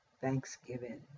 Thanksgiving